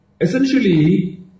essentially